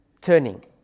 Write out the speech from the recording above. turning